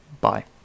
bye